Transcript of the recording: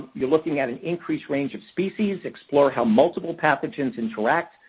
you're looking at an increased range of species. explore how multiple pathogens interact,